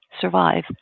survive